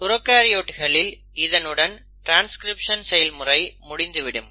ப்ரோகாரியோட்களில் இதனுடன் ட்ரான்ஸ்கிரிப்ஷன் செயல்முறை முடிந்து விடும்